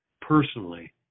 personally